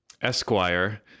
Esquire